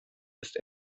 ist